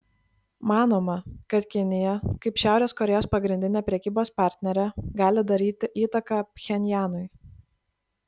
manoma kad kinija kaip šiaurės korėjos pagrindinė prekybos partnerė gali daryti įtaką pchenjanui